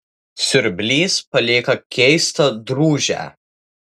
siurblys palieka keistą drūžę